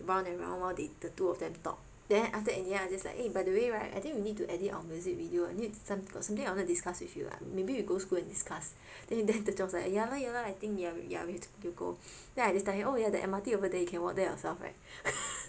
round and round lor they the two of them talk then after that in the end I'm just like eh by the way right I think we need to edit on our music video I need something got something I wanna discuss with you uh maybe we go school and discuss then 德中 is like ya lor ya lor I think ya yeah we need to go then I just tell him the M_R_T is over there you can go there yourself right